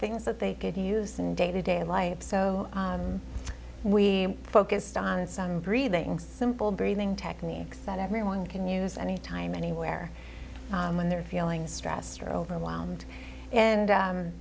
things that they could use in day to day life so we focused on some breathing simple breathing techniques that everyone can use any time anywhere when they're feeling stressed or overwhelmed and